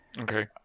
Okay